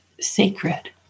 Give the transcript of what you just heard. sacred